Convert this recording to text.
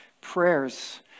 prayers